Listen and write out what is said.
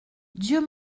dieu